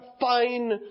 Fine